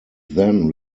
then